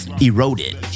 eroded